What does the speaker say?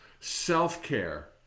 Self-care